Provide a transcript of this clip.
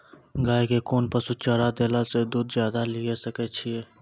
गाय के कोंन पसुचारा देला से दूध ज्यादा लिये सकय छियै?